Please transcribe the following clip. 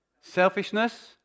Selfishness